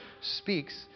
speaks